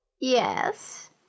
Yes